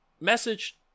message